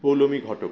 Poulami Ghatak